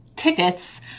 Tickets